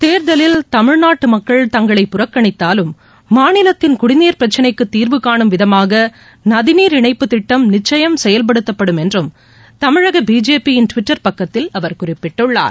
தேர்தலில் தமிழ்நாட்டு மக்கள் தங்களைப் புறக்கணித்தாலும் மாநிலத்தின் குடிநீர் பிரச்ளைக்குத் தீர்வுகானும் விதமாக நதிநீர் இணைப்புத் திட்டம் நிச்சயம் செயல்படுத்தப்படும் என்றம் தமிழக பிஜேபியின் டுவிட்டர் பக்கத்தில் அவர் குறிப்பிட்டுள்ளார்